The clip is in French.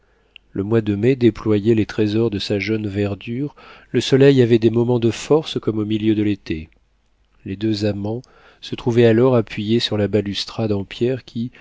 le mois de mai déployait les trésors de sa jeune verdure le soleil avait des moments de force comme au milieu de l'été les deux amants se trouvaient alors appuyés sur la balustrade en pierre qui